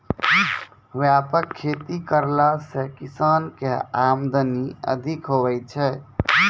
व्यापक खेती करला से किसान के आमदनी अधिक हुवै छै